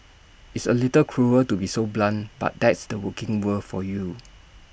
it's A little cruel to be so blunt but that's the working world for you